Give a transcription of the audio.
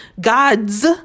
gods